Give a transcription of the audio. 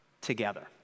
together